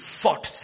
fought